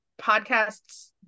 podcasts